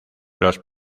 los